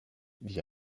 vit